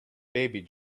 baby